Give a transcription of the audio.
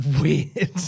weird